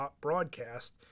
broadcast